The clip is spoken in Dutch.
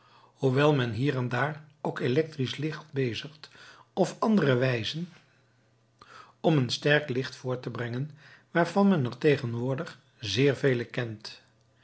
hoewel men hier en daar ook elektrisch licht bezigt of andere wijzen om een sterk licht voort te brengen waarvan men er tegenwoordig zeer vele kent